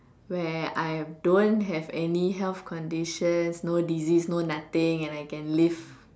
where I don't have any health conditions no disease no nothing and I can live